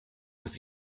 have